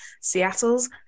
Seattle's